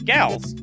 Gals